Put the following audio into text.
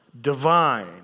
divine